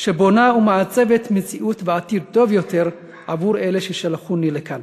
שבונה ומעצבת מציאות ועתיד טוב יותר עבור אלה ששלחוני לכאן.